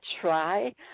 try